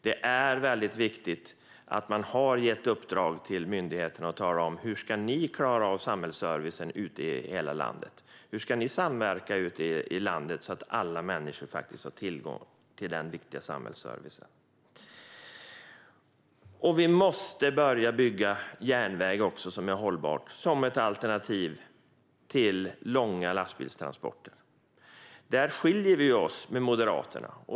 Det är mycket viktigt att man har gett myndigheterna i uppdrag att tala om hur de ska klara av samhällsservicen i hela landet och hur de ska samverka ute i landet, så att alla människor faktiskt har tillgång till denna viktiga samhällsservice. Vi måste också börja bygga järnväg som är hållbar och som är ett alternativ till långa lastbilstransporter. Där skiljer vi oss från Moderaterna.